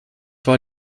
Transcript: war